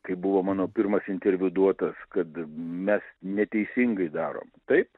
kai buvo mano pirmas interviu duotas kad mes neteisingai darom taip